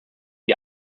die